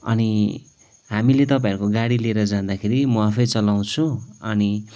अनि हामीले तपाईँहरूको गाडी लिएर जाँदाखेरि म आफै चलाउँछु अनि